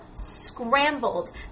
scrambled